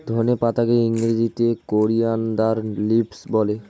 ধনে পাতাকে ইংরেজিতে কোরিয়ানদার লিভস বলে